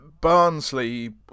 Barnsley